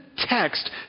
text